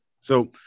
So-